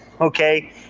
okay